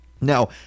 Now